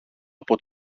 από